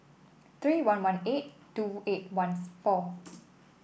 three one one eight two eight one four